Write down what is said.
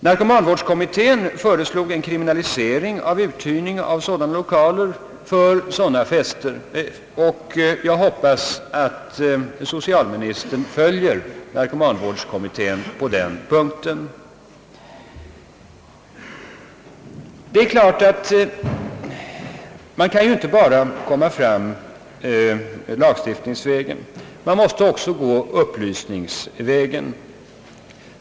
Narkomanvårdskommittén föreslog kriminalisering av uthyrning av sådana lokaler för narkotikafester, och jag hoppas att socialministern följer narkomanvårdskommittén på den punkten. Det är klart att man inte kan komma fram bara lagstiftningsvägen; man måste också gå upplysningsvägen.